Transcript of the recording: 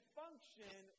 function